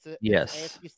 Yes